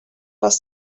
was